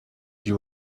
you